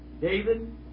David